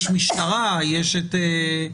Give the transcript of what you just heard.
יש משטרה וכולי,